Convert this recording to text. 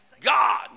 God